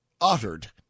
uttered